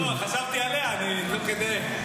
לא, חשבתי עליה תוך כדי.